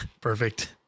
Perfect